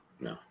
No